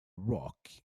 rock